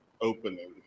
opening